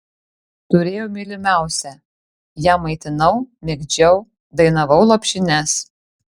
turėjau mylimiausią ją maitinau migdžiau dainavau lopšines